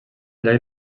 llarg